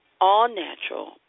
all-natural